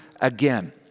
again